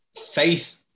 Faith